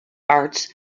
arts